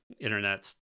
Internet's